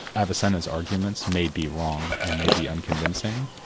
avicenna's arguments may be wrong, and may be unconvincing,